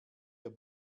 der